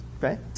right